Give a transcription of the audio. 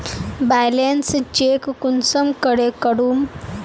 Balance check कुंसम करे करूम?